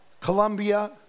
Colombia